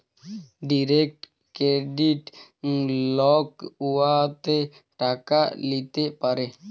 direct credit লক উয়াতে টাকা ল্যিতে পারে